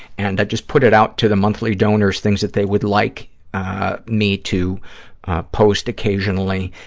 and i just put it out to the monthly donors things that they would like me to post occasionally,